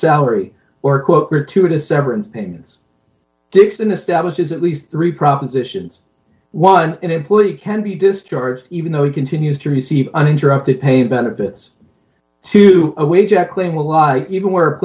salary or quote gratuitous severance payments dixon establishes at least three propositions one employee can be discharged even though he continues to receive uninterrupted pay benefits to a way jacqueline will lie even mor